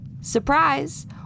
Surprise